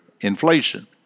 inflation